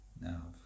Now